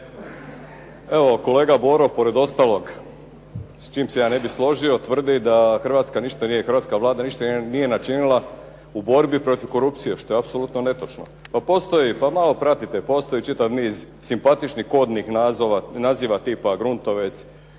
Evo kolega Boro, pored ostalog s čim se ja ne bih složio, tvrdi da hrvatska Vlada ništa nije načinila u borbi protiv korupcije što je apsolutno netočno. Pa postoji, pa malo pratite, postoji čitav niz simpatičnih kodnih naziva tip "Gruntovec",